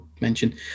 mention